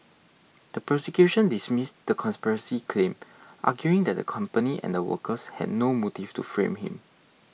the prosecution dismissed the conspiracy claim arguing that the company and the workers had no motive to frame him